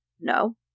No